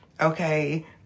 Okay